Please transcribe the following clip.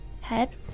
head